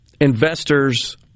investors